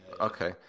Okay